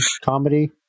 comedy